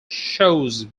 shows